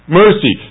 mercy